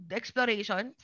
exploration